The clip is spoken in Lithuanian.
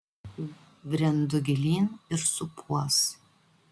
brendu gilyn ir supuos